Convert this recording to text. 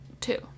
Two